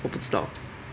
我不知道